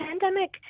pandemic